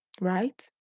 right